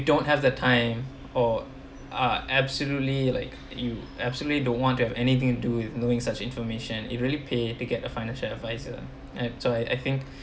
you don't have the time or are absolutely like you absolutely don't want to have anything into it knowing such information it really pay to get a financial advisor at so I I think